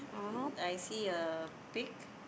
I see a pig